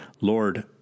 Lord